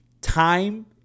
Time